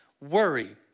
worry